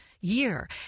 year